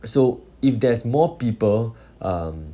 so if there's more people um